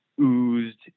oozed